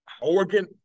Oregon